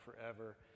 forever